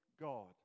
God